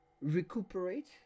recuperate